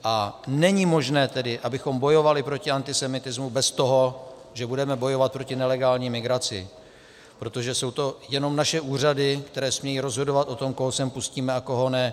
A není tedy možné, abychom bojovali proti antisemitismu bez toho, že budeme bojovat proti nelegální migraci, protože jsou to jenom naše úřady, které smějí rozhodovat, koho sem pustíme a koho ne.